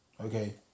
Okay